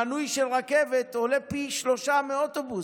מינוי לרכבת עולה פי שלושה מאוטובוס.